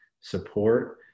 support